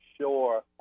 sure